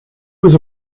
was